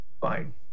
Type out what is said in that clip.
fine